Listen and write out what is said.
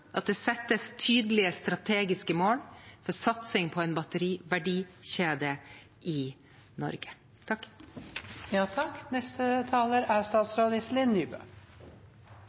at det settes tydelige strategiske mål for satsing på en batteriverdikjede i Norge.